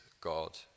God